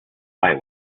eye